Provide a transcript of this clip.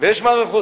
יש מערכות.